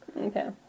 Okay